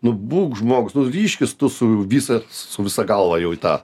nu būk žmogus nu ryžkis tu su visa su visa galva jau į tą